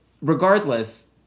regardless